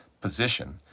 position